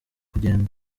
kugenda